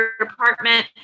apartment